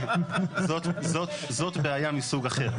זאת בעיה מסוג אחר.